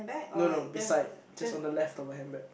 no no beside just on the left of her handbag